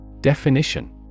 Definition